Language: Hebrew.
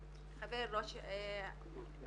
נורא נכון להגיד שחשוב שתבוא רופאה או אחות מהחברה לטפל,